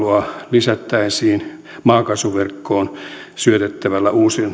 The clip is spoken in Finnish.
lisättäisiin maakaasuverkkoon syötettävän